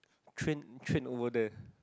train train over there